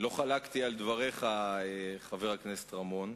אני לא חלקתי על דבריך, חבר הכנסת רמון,